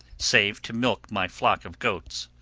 save to milk my flock of goats.